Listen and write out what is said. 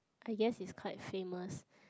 I guess it's quite famous